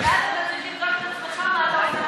גלעד, אתה צריך לבדוק את עצמך, מה אתה עושה בנדון.